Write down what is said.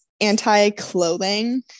anti-clothing